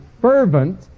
fervent